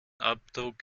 abdruck